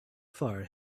fire